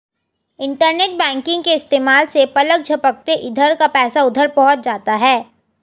internet banking के इस्तेमाल से पलक झपकते इधर का पैसा उधर पहुँच जाता है